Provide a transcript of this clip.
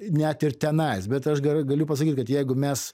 net ir tenais bet aš ga galiu pasakyti kad jeigu mes